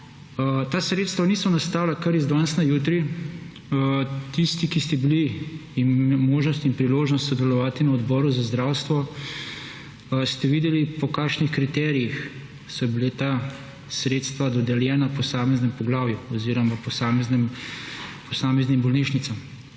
Ta sredstva niso nastala kar iz danes na jutri, tisti, ki ste bili, imeli možnost in priložnost sodelovati na odboru za zdravstvo, ste videli, po kakšnih kriterijih so bila ta sredstva dodeljena posameznemu poglavju oziroma posameznim bolnišnicam.